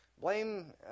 blame